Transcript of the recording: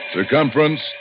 Circumference